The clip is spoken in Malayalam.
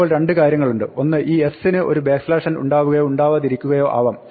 ഇപ്പോൾ രണ്ട് കാര്യങ്ങളുണ്ട് ഒന്ന് ഈ s ന് ഒരു n ഉണ്ടാവുകയോ ഉണ്ടാവാതിരിക്കുകയോ ആവാം